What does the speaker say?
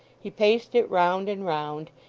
he paced it round and round,